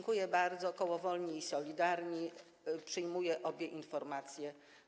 Koło Wolni i Solidarni przyjmuje obie informacje.